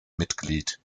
mitglied